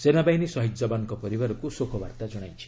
ସେନାବାହିନୀ ସହିଦ ଯବାନଙ୍କ ପରିବାରକୁ ଶୋକାବାର୍ତ୍ତା ଜଣାଇଛି